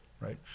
right